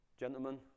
Gentlemen